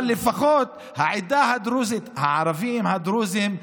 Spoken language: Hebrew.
אבל לפחות, העדה הדרוזית, הערבים הדרוזים,